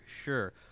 sure